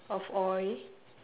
of oil